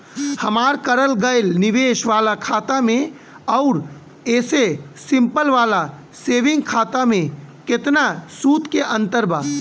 हमार करल गएल निवेश वाला खाता मे आउर ऐसे सिंपल वाला सेविंग खाता मे केतना सूद के अंतर बा?